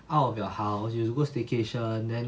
out of your house 有什么 staycation then